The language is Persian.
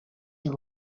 این